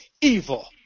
evil